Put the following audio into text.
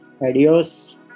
adios